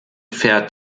pferd